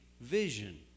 vision